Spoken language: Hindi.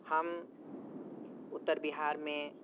हम उत्तर बिहार में